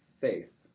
faith